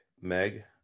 Meg